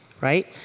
right